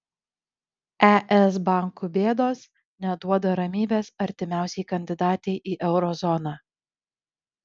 es bankų bėdos neduoda ramybės artimiausiai kandidatei į euro zoną